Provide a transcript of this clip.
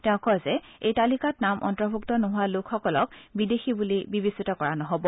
তেওঁ কয় এই তালিকাত নাম অন্তৰ্ভুক্ত নোহোৱা লোকসকলক বিদেশী বুলি বিবেচিত কৰা নহ'ব